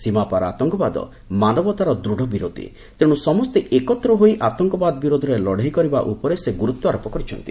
ସୀମାପାର୍ ଆତଙ୍କବାଦ ମାନବତାର ଦୃଢ଼ ବିରୋଧୀ ତେଣୁ ସମସ୍ତେ ଏକତ୍ର ହୋଇ ଆତଙ୍କବାଦ ବିରୋଧରେ ଲଢ଼େଇ କରିବା ସେ ଗୁରୁତ୍ୱାରୋପ କରିଛନ୍ତି